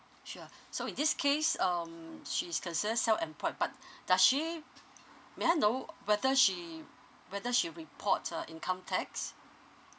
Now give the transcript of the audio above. sure so in this case um she's consider self employed but does she may I know whether she whether she report uh income tax